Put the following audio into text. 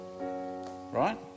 right